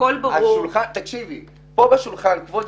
כבוד היושבת-ראש.